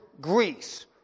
Greece